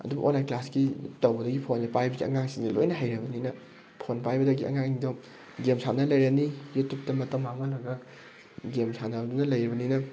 ꯑꯗꯨ ꯑꯣꯟꯂꯥꯏꯟ ꯀ꯭ꯂꯥꯁꯀꯤ ꯇꯧꯕꯗꯒꯤ ꯐꯣꯟꯁꯦ ꯄꯥꯏꯕꯒꯤ ꯑꯉꯥꯡꯁꯤꯡꯁꯦ ꯂꯣꯏꯅ ꯍꯩꯔꯕꯅꯤꯅ ꯐꯣꯟ ꯄꯥꯏꯕꯗꯒꯤ ꯑꯉꯥꯡꯁꯤꯡꯗꯣ ꯒꯦꯝ ꯁꯥꯟꯅ ꯂꯩꯔꯅꯤ ꯌꯨꯇ꯭ꯌꯨꯕꯇ ꯃꯇꯝ ꯃꯥꯡꯍꯜꯂꯒ ꯒꯦꯝ ꯁꯥꯟꯅꯗꯨꯅ ꯂꯩꯕꯅꯤꯅ